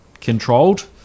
controlled